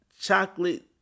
chocolate